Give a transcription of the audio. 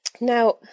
Now